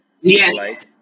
Yes